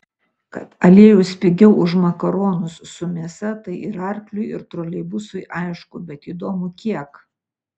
kad aliejus pigiau už makaronus su mėsa tai ir arkliui ir troleibusui aišku bet įdomu kiek